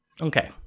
Okay